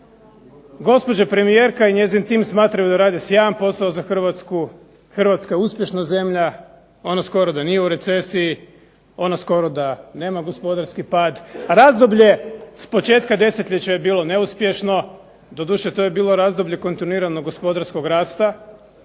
Gospođa premijerka i njezin tim smatraju da rade sjajan posao za Hrvatsku, Hrvatska je uspješna zemlja, ona skoro da nije u recesiji, ona skoro da nema gospodarski pad, a razdoblje s početka desetljeća je bilo neuspješno, doduše to je bilo razdoblje kontinuiranog gospodarskog rasta,